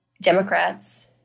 Democrats